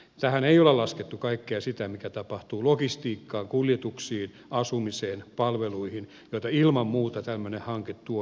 tähän ei ole laskettu kaikkea sitä mikä liittyy logistiikkaan kuljetuksiin asumiseen palveluihin joita ilman muuta tämmöinen hanke tuo myös mukanaan